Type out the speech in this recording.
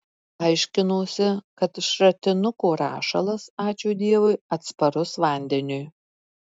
aiškinosi kad šratinuko rašalas ačiū dievui atsparus vandeniui